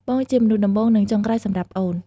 បងជាមនុស្សដំបូង និងចុងក្រោយសម្រាប់អូន។